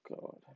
God